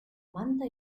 manta